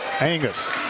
Angus